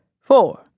four